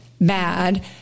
bad